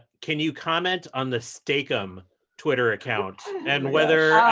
can you comment on the steak-umm twitter account and whether